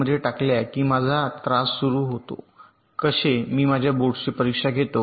मध्ये टाकल्या की आता माझा त्रास सुरू होतो कसे मी माझ्या बोर्डची परीक्षा घेतो